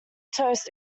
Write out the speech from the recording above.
toast